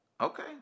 Okay